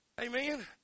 Amen